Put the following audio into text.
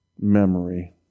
memory